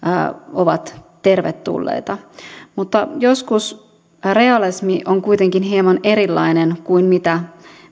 ovat tervetulleita mutta joskus realismi on kuitenkin hieman erilainen kuin mitä